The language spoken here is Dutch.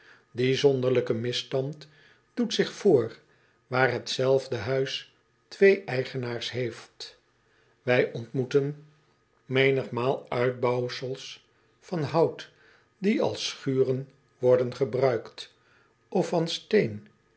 ie zonderlinge misstand doet zich voor waar hetzelfde huis twee eigenaars heeft ij ontmoeten menigmaal uitbouwsels van hout die als schuren worden gebruikt of van steen